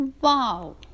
Wow